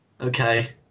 okay